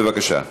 בבקשה.